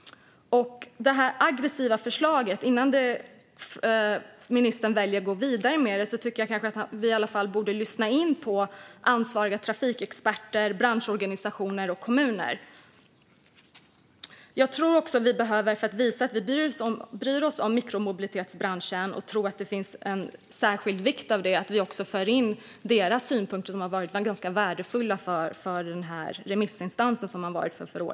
Innan ministern väljer att gå vidare med det här aggressiva förslaget tycker jag att han i alla fall borde lyssna in ansvariga trafikexperter, branschorganisationer och kommuner. För att visa att vi bryr oss om mikromobilitetsbranschen tror jag att det är av särskild vikt att vi också för in synpunkterna från ganska värdefulla remissinstanser.